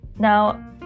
Now